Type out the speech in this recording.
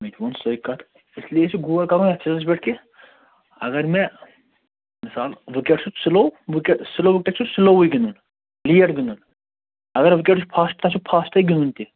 مےٚ تہِ ووٚن سۅے کتھ اس لیے چھُ غور کرُن یتھ چیٖزس پیٚٹھ کہِ اگر مےٚ مِشال وِکیٚٹ چھُ سِلوو وِکیٚٹ سِلوو وِکیٚٹس چھُ سُلووٕے گِنٛدُن لیٹ گِنٛدُن اگر وِکیٚٹ چھُ فاسٹ تَتھ چھُ فاسٹے گِنٛدُن تہِ